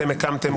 אתם הקמתם,